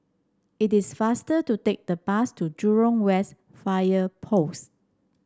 it is faster to take the bus to Jurong West Fire Post